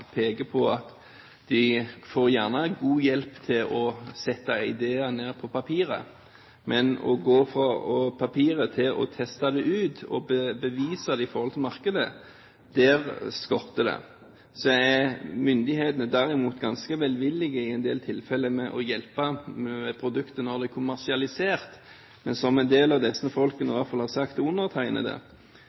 peker på at de gjerne får god hjelp til å sette ideer ned på papiret, men når man skal gå fra papiret til å teste det ut, og bevise det overfor markedet, skorter det. Myndighetene er derimot i en del tilfeller ganske velvillige med å hjelpe med produktet når det er kommersialisert. Men som en del av disse folkene i hvert fall har sagt til undertegnede: Når produktet har bevist sin funksjon, ordner markedet kommersialiseringen. Det er